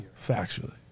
Factually